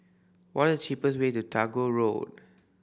what the cheapest way to Tagore Road